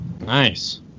Nice